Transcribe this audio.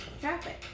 traffic